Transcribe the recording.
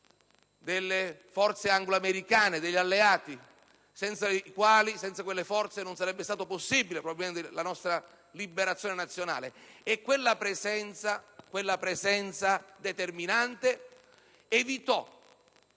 delle forze anglo-americane, degli alleati: senza quelle forze non sarebbe stata probabilmente possibile la nostra liberazione nazionale. Quella presenza determinante evitò